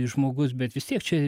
žmogus bet vis tiek čia